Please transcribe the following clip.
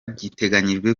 giteganyijwe